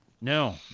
No